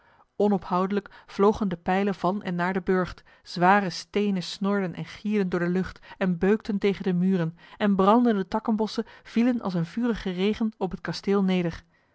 onophoudelijk vlogen de pijlen van en naar den burcht zware steenen snorden en gierden door de lucht en beukten tegen de muren en brandende takkenbossen vielen als een vurige regen op het kasteel neder